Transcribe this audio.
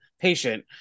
patient